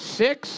six